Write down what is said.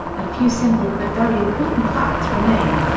a few simple but very important facts remain.